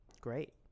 great